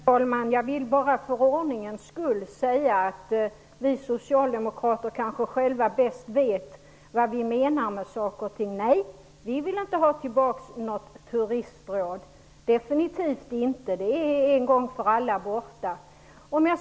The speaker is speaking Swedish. Herr talman! Jag vill bara för ordningens skull säga att vi socialdemokrater kanske själva bäst vet vad vi menar med saker och ting. Nej, vi vill inte ha tillbaka något turistråd, definitivt inte. Det är en gång för alla borta.